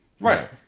Right